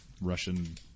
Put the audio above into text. Russian